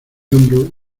hombro